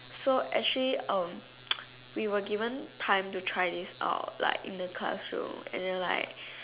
so actually um we were given time to try this out like in the class room and then like